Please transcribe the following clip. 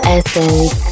Essence